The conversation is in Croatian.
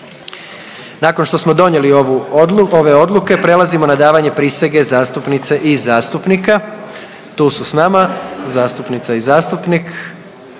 Nakon što smo donijeli ove odluke prelazimo na davanje prisege zastupnice i zastupnika. Tu su s nama zastupnica i zastupnik.